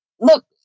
Look